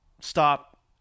stop